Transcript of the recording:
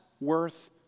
worth